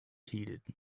heeded